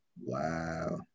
Wow